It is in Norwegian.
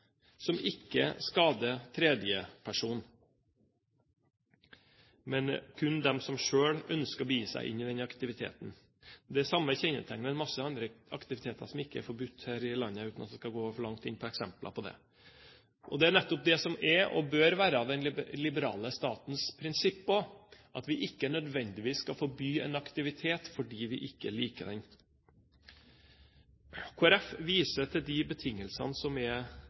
som ikke skader tredje person, men kun dem som selv ønsker å begi seg inn i den aktiviteten. Det samme kjennetegner en masse andre aktiviteter som ikke er forbudt her i landet – uten at jeg skal gå for langt inn på eksempler på det. Det er nettopp det som er, og bør være, den liberale statens prinsipp: at vi ikke nødvendigvis skal forby en aktivitet fordi vi ikke liker den. Kristelig Folkeparti viser til de betingelsene som er